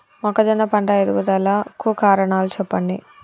మొక్కజొన్న పంట ఎదుగుదల కు కారణాలు చెప్పండి?